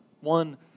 One